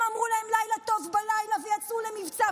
הם אמרו להם "לילה טוב" בלילה ויצאו למבצע,